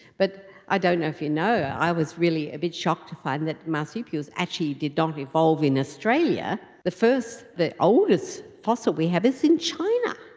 but i don't know if you know, i was really a bit shocked to find that marsupials actually did not evolve in australia. the first, the oldest fossil we have is in china.